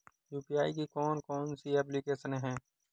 UPI की कौन कौन सी एप्लिकेशन हैं?